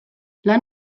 lan